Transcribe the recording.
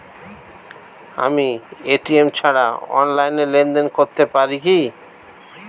আমি এ.টি.এম ছাড়া অনলাইনে লেনদেন করতে পারি কি?